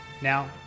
Now